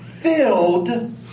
filled